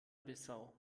bissau